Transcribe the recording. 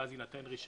ואז יינתן רישיון,